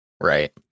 right